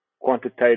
quantitative